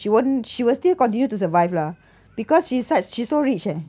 she won't she will still continue to survive lah because she's such she's so rich eh